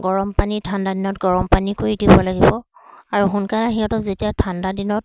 গৰম পানী ঠাণ্ডা দিনত গৰম পানী কৰি দিব লাগিব আৰু সোনকালে সিহঁতক যেতিয়া ঠাণ্ডা দিনত